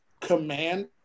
command